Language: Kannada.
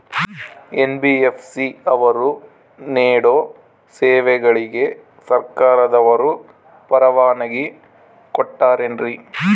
ಎನ್.ಬಿ.ಎಫ್.ಸಿ ಅವರು ನೇಡೋ ಸೇವೆಗಳಿಗೆ ಸರ್ಕಾರದವರು ಪರವಾನಗಿ ಕೊಟ್ಟಾರೇನ್ರಿ?